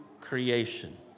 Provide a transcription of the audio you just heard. creation